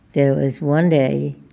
there was one day